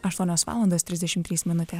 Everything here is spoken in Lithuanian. aštuonios valandos trisdešimt trys minutės